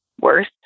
worse